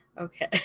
Okay